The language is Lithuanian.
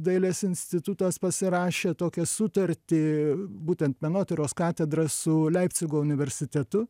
dailės institutas pasirašė tokią sutartį būtent menotyros katedra su leipcigo universitetu